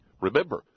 remember